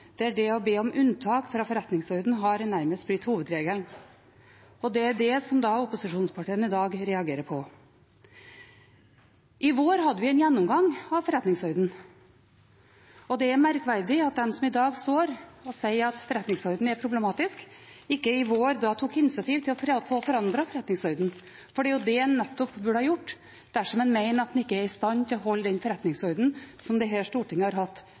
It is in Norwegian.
det å be om unntak fra forretningsordenen nærmest har blitt hovedregelen, og det er det opposisjonspartiene i dag reagerer på. I vår hadde vi en gjennomgang av forretningsordenen, og det er merkverdig at de som i dag står og sier at forretningsordenen er problematisk, ikke i vår tok initiativ til å forandre forretningsordenen, for det er nettopp det en burde ha gjort dersom en mener at en ikke er i stand til å følge den forretningsordenen som Stortinget har hatt